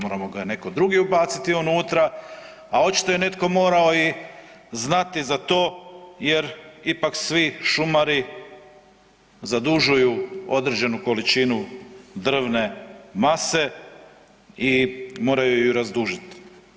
Morao ga je netko drugi ubaciti unutra, a očito je netko morao i znati za to jer ipak svi šumari zadužuju određenu količinu drvne mase i moraju ju razdužiti.